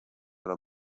una